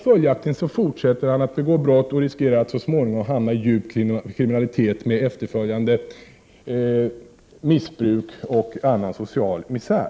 Följaktligen fortsätter han att begå brott och riskerar att så småningom hamna i djup kriminalitet med efterföljande missbruk och annan social misär.